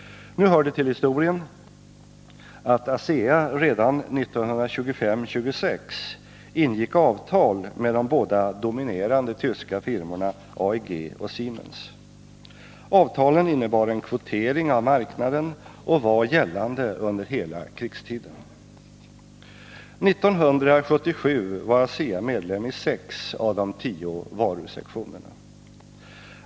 Nu hör det till historien att ASEA redan 1925-1926 ingick avtal med de båda dominerande tyska firmorna AEG och Siemens. Avtalen innebar en kvotering av marknaden och var gällande under hela krigstiden. 1977 var ASEA medlem i sex av de tio varusektionerna.